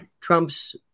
Trump's